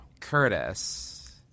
Curtis